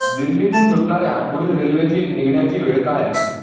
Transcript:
दिल्लीतून सुटणाऱ्या पुढील रेल्वेची निघण्याची वेळ काय आहे